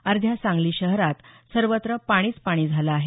अध्या सांगली शहरात सर्वत्र पाणीचं पाणी झालं आहे